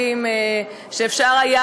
כשאפשר היה,